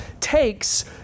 takes